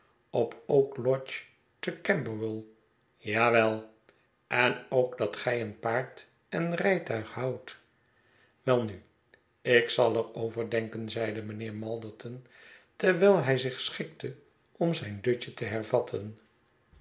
op oak lodge te camberwell ja wel en ook dat gij een paard en rijtuig houdt welnu ik zal er over denken zeide mijnheer malderton terwijl hij zich schikte om zijn dutje te hervatten